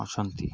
ଅଛନ୍ତି